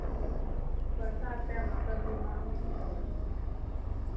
बरसातके टाइममे सबजी महंगे ने होय जाइ छै